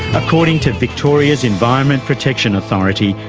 according to victoria's environment protection authority,